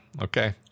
Okay